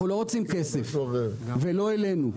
אנחנו לא רוצים כסף ולא אלינו.